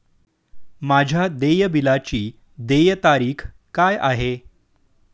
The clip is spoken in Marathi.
माझ्या देय बिलाची देय तारीख काय आहे?